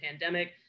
pandemic